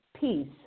peace